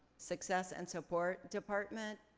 success and support department,